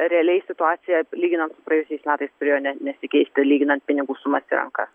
realiai situacija lyginant praėjusiais metais turėjo ne nesikeisti lyginant pinigų sumas į rankas